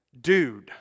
dude